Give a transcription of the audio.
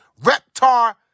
Reptar